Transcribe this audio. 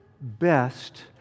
best